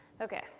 Okay